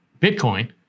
Bitcoin